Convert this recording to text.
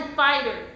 fighter